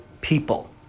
people